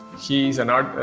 he's an, ah,